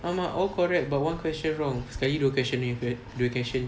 !alamak! all correct but one question wrong sekali dua question gitu eh dua question